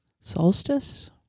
Solstice